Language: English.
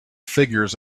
figures